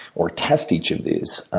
or test each of these.